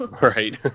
Right